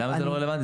למה זה לא רלוונטי?